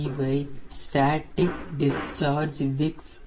இவை static discharge wicks ஆகும்